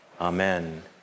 Amen